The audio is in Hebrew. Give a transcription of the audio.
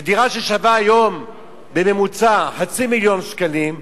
ודירה ששווה היום בממוצע חצי מיליון שקלים,